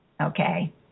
Okay